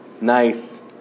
Nice